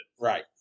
Right